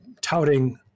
touting